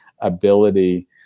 ability